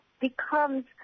becomes